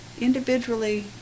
individually